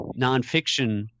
nonfiction